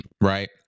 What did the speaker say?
right